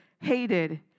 hated